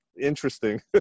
interesting